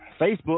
Facebook